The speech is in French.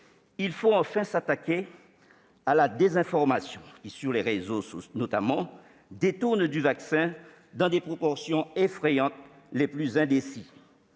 Il faut enfin s'attaquer à la désinformation qui, sur les réseaux sociaux notamment, détourne du vaccin, dans des proportions effrayantes, les plus indécis.